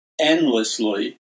endlessly